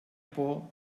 por